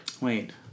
Wait